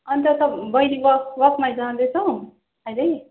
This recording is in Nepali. अनि त त बैनी बहिनी वाक वाकमा जाँदैछौ अहिले